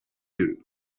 you